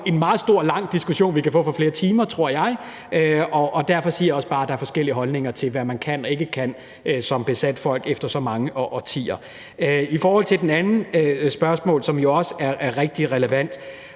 en meget stor og lang diskussion, vi kan få, på flere timer, tror jeg, og derfor siger jeg også bare, at der er forskellige holdninger til, hvad man kan og ikke kan som besat folk efter så mange årtier. I forhold til det andet spørgsmål, som også er rigtig relevant: